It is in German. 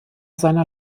seiner